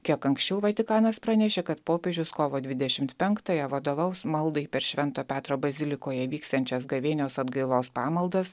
kiek anksčiau vatikanas pranešė kad popiežius kovo dvidešimt penktąją vadovaus maldai per švento petro bazilikoje vyksiančias gavėnios atgailos pamaldas